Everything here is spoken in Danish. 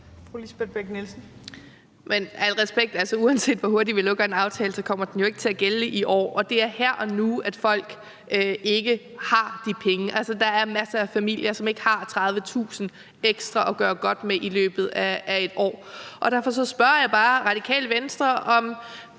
al respekt – uanset hvor hurtigt vi lukker en aftale, kommer den jo ikke til at gælde i år, og det er her og nu, folk ikke har de penge. Altså, der er masser af familier, som ikke har 30.000 kr. ekstra at gøre godt med i løbet af et år. Og derfor spørger jeg bare Radikale Venstre, om